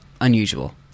unusual